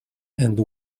and